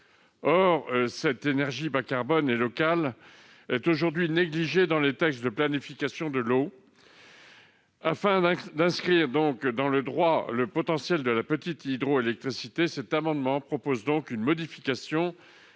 Or cette énergie bas-carbone et locale est aujourd'hui négligée dans les textes de planification de l'eau. Afin d'inscrire dans le droit le potentiel de la petite hydroélectricité, nous proposons une modification